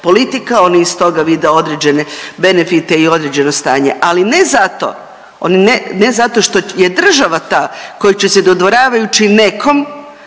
politika. Oni iz toga vide određene benefite i određeno stanje ali ne zato što je država ta koja je će se dodvoravajući nekom